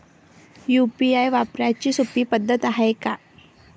UPI वापराची सोपी पद्धत हाय का?